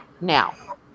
now